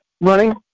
running